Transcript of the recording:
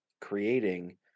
creating